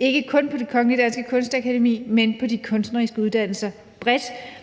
ikke kun på Det Kongelige Danske Kunstakademi, men på de kunstneriske uddannelser bredt.